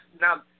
Now